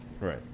Right